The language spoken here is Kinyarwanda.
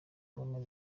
woman